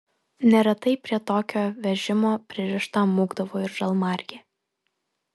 neretai prie tokio vežimo pririšta mūkdavo ir žalmargė